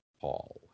Paul